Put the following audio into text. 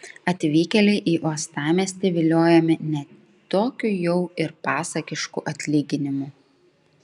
atvykėliai į uostamiestį viliojami ne tokiu jau ir pasakišku atlyginimu